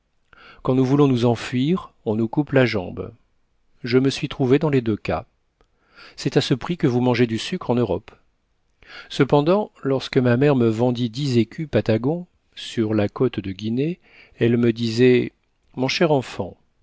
quand nous voulons nous enfuir on nous coupe la jambe je me suis trouvé dans les deux cas c'est à ce prix que vous mangez du sucre en europe cependant lorsque ma mère me vendit dix écus patagons sur la côte de guinée elle me disait mon cher enfant